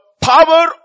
power